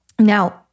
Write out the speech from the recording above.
Now